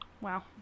Wow